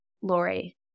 Lori